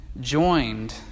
Joined